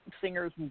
singers